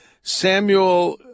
Samuel